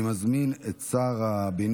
אני מזמין לדוכן